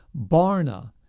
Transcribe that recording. Barna